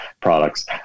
products